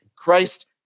christ